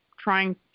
trying